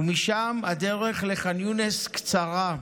ומשם הדרך לח'אן יונס קצרה.